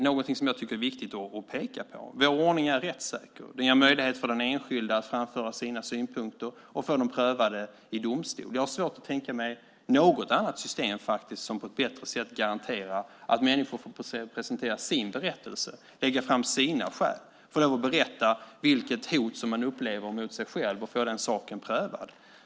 Något som jag tycker är viktigt att peka på är att vår ordning är rättssäker och ger möjlighet för den enskilde att framföra sina synpunkter och få dem prövade i domstol. Jag har svårt att tänka mig något annat system som på ett bättre sätt garanterar att människor får presentera sin berättelse, lägga fram sina skäl, får berätta om det hot som man upplever mot sig själv och få den saken prövad.